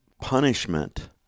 punishment